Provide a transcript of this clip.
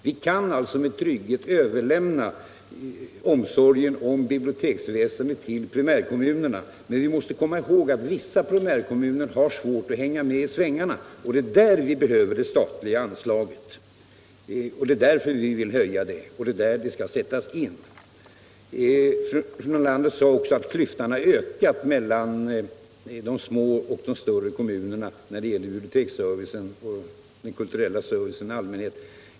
Vi kan alltså tryggt överlämna omsorgen om biblioteksväsendet till primärkommunerna. Men vi måste komma ihåg att vissa primärkommuner har svårt att hänga med i svängarna. Det är där det statliga anslaget skall sättas in, och det är därför vi vill höja det. Fru Nordlander sade också att klyftan mellan de små och de större kommunerna har ökat när det gäller biblioteksservicen och den kulturella servicen i allmänhet.